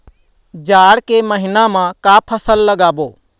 जाड़ ला महीना म का फसल लगाबो?